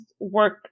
work